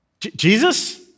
Jesus